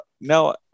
no